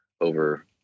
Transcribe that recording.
over